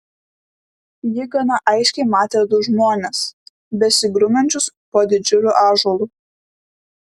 ji gana aiškiai matė du žmones besigrumiančius po didžiuliu ąžuolu